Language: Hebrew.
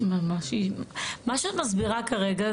כדי להתחסן,